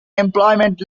employment